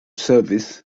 service